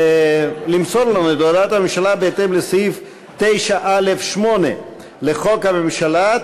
למסור לנו את הודעת הממשלה בהתאם לסעיף 9(א)(8) לחוק הממשלה,